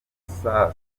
saa